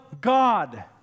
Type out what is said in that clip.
God